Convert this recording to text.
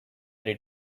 did